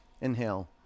Inhale